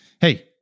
hey